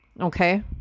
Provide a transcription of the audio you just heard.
Okay